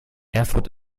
erfurt